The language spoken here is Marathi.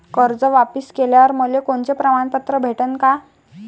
कर्ज वापिस केल्यावर मले कोनचे प्रमाणपत्र भेटन का?